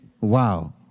Wow